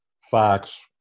Fox